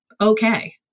okay